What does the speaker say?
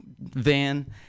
van